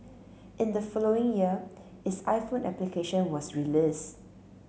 in the following year its iPhone application was released